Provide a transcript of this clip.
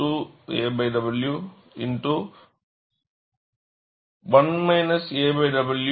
93 aw2